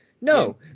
No